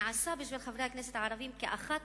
זה נעשה בשביל חברי הכנסת הערבים לאחת